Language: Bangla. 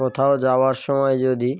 কোথাও যাওয়ার সময় যদি